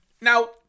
Now